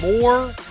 More